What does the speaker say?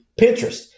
Pinterest